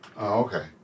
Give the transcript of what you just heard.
okay